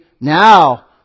now